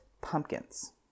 pumpkins